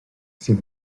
sydd